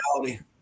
reality